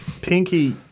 Pinky